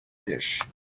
dish